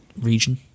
region